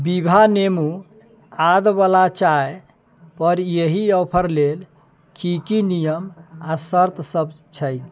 दिभा नेमू आद वला चाय पर इएह ऑफर लेल की की नियम आ शर्त सब छै